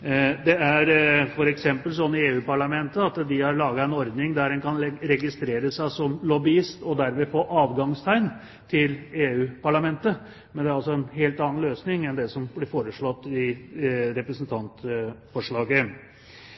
For eksempel har man i EU-parlamentet laget en ordning der man kan registrere seg som lobbyist og dermed få adgangstegn til EU-parlamentet, men det er altså en helt annen løsning enn det som blir foreslått i